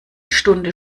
stunde